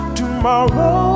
tomorrow